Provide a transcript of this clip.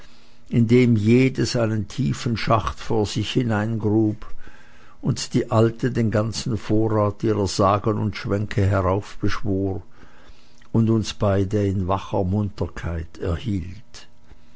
indem jedes einen tiefen schacht vor sich hineingrub und die alte den ganzen vorrat ihrer sagen und schwänke heraufbeschwor und uns beide in wacher munterkeit erhielt